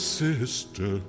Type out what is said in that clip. sister